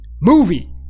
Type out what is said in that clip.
movie